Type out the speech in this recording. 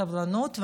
על הסבלנות,